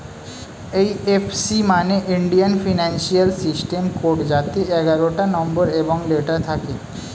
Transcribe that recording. এই F C মানে Indian financial system code যাতে এগারোটা নম্বর এবং লেটার থাকে